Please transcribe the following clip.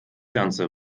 ganze